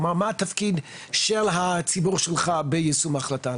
כלומר, מה התפקיד של הציבור שלך ביישום ההחלטה.